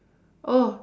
oh